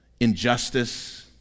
injustice